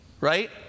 right